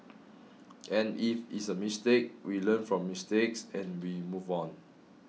and if it's a mistake we learn from mistakes and we move on